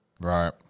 right